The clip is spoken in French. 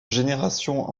génération